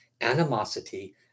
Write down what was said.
animosity